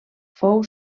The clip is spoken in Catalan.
fou